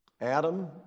Adam